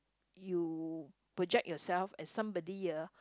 you project yourself as somebody ah